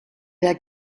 der